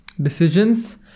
Decisions